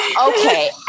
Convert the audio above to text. Okay